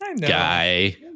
guy